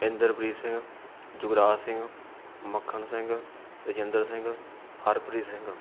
Inderpreet Singh Yugraj Singh Makhan Singh Rajinder Singh Harpreet Singh